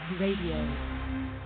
Radio